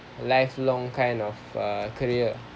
lifelong kind of uh career